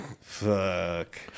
Fuck